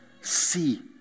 see